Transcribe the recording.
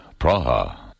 Praha